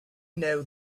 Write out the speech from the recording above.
know